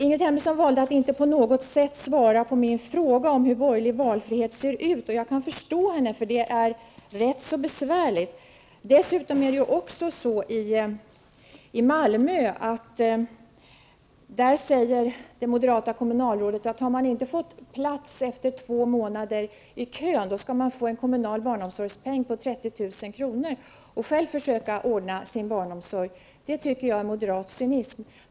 Ingrid Hemmingsson valde att inte på något sätt svara på min fråga om hur borgerlig valfrihet ser ut. Jag kan förstå henne. Det är rätt besvärligt. Det moderata kommunalrådet i Malmö säger att om man inte har fått plats efter två månader i kön skall man få en kommunal barnomsorgspeng på 30 000 kr. och sedan själv försöka ordna barnomsorgen. Jag tycker att det är moderat cynism.